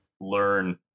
learn